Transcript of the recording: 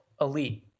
elite